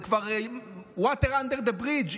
זה כברwater under the bridge,